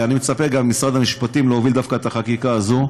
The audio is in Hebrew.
אני מצפה גם ממשרד המשפטים להוביל דווקא את החקיקה הזאת,